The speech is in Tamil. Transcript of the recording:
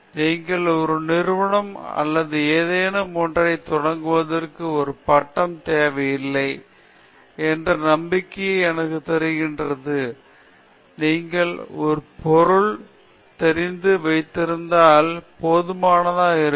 எனவே நீங்கள் ஒரு நிறுவனம் அல்லது ஏதேனும் ஒன்றை தொடங்குவதற்கு ஒரு பட்டம் தேவையில்லை என்ற நம்பிக்கையை எனக்கு தருகிறது நீங்கள் பொருள் தெரிந்து வைத்திருந்தால் போதுமானதாக இருக்கும்